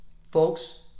Folks